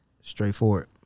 Straightforward